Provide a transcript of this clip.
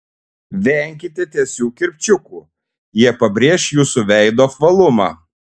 venkite tiesių kirpčiukų jie pabrėš jūsų veido apvalumą